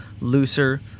looser